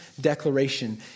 declaration